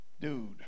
Dude